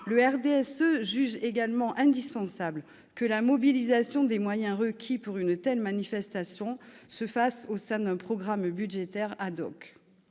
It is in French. le RDSE juge également indispensable que la mobilisation des moyens requis pour une telle manifestation se fasse au sein d'un programme budgétaire.